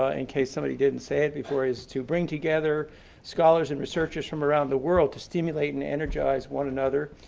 ah in case somebody didn't say it before, is to bring together scholars and researchers from around the world to stimulate and energize one another,